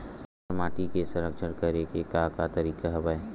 हमर माटी के संरक्षण करेके का का तरीका हवय?